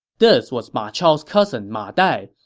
this was ma chao's cousin ma dai,